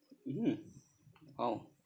mm oh